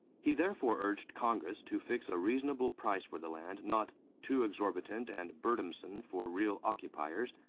he therefore urged congress to fix a reasonable price for the land, not too exorbitant and burdensome for real occupiers,